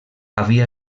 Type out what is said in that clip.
havia